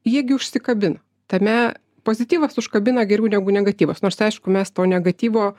jie gi užsikabina tame pozityvas užkabina geriau negu negatyvas nors aišku mes to negatyvo